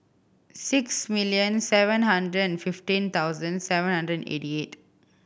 six million seven hundred and fifteen thousand seven hundred eighty eight